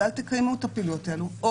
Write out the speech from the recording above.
אז אל תקיימו את הפעילויות האלה או